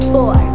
Four